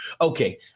Okay